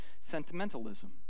sentimentalism